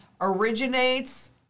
originates